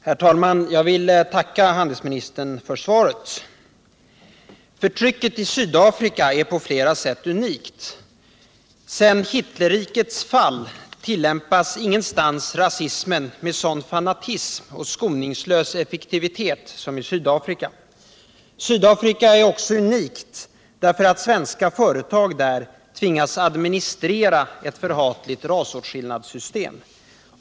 Herr talman! Jag vill tacka handelsministern för svaret. Förtrycket i Sydafrika är på flera sätt unikt. Sedan Hitlerrikets fall tillämpas ingenstans rasismen med sådan fanatism och skoningslös effektivitet som i Sydafrika. Sydafrika är också unikt därför att svenska företag där tvingas administrera ett förhatligt rasåtskillnadssystem.